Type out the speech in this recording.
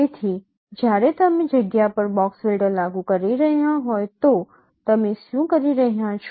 તેથી જ્યારે તમે જગ્યા પર બોક્સ ફિલ્ટર લાગુ કરી રહ્યા હોય તો તમે શું કરી રહ્યા છો